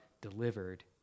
delivered